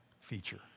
feature